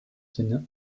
sinne